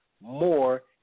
more